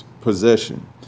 possession